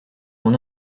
mon